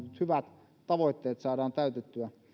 hyvät tavoitteet saadaan täytettyä